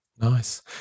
Nice